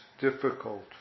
difficult